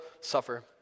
suffer